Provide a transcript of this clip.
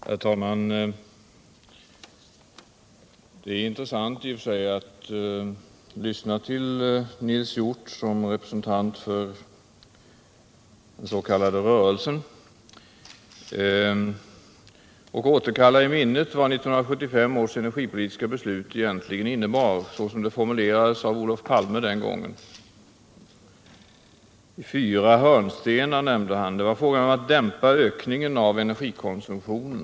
Herr talman! Det är i och för sig intressant att lyssna till Nils Hjorth som representant för den s.k. rörelsen och återkalla i minnet vad 1975 års energipolitiska beslut egentligen innebar såsom det formulerades av Olof Palme den gången. Fyra hörnstenar nämnde han. Det var fråga om att dämpa ökningen av energikonsumtionen.